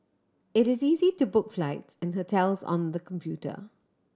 it is easy to book flights and hotels on the computer